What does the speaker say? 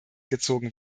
gezogen